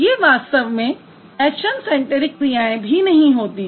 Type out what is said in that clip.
ये वास्तव में ऐक्शन सैन्टैरिक क्रियाएँ भी नहीं होतीं